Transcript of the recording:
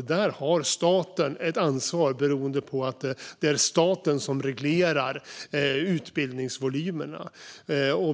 Där har staten ett ansvar beroende på att det är staten som reglerar utbildningsvolymen.